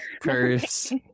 curse